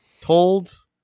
told